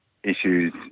Issues